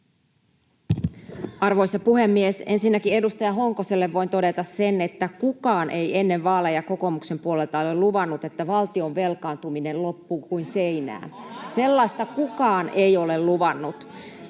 Arvoisa puhemies! Ensinnäkin edustaja Honkoselle voin todeta sen, että kukaan ei ennen vaaleja kokoomuksen puolelta ole luvannut, että valtion velkaantuminen loppuu kuin seinään. Sellaista kukaan ei ole luvannut.